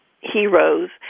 heroes